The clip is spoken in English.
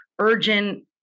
urgent